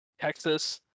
Texas